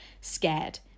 scared